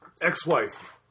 Ex-wife